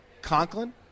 Conklin